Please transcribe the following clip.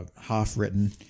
half-written